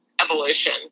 evolution